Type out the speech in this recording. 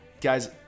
guys